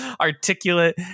articulate